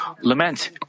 lament